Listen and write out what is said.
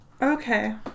Okay